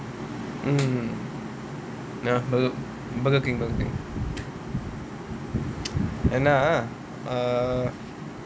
mm ya Burger King Burger King ஏன்னா:yenna err